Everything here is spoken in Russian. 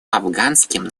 афганским